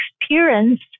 experience